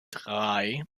drei